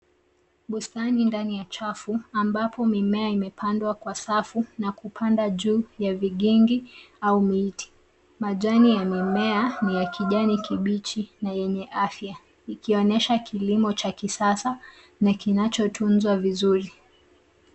Bustani ndani ya chafu ambapo mimea imepandwa kwa safu na kupanda juu ya vigingi au miti. Majani ya mimea ni ya kijani kibichi na yenye afya ikionyesha kilimo cha kisasa na kinachotunzwa vizuri.